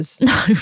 No